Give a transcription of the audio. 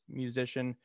musician